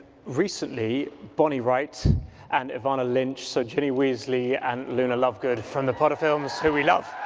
recently bonnie wright and evanna lynch so ginny weasley and luna lovegood from the potter films who we love,